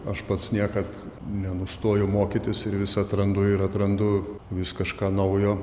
aš pats niekad nenustoju mokytis ir vis atrandu ir atrandu vis kažką naujo